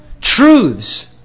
truths